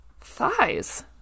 thighs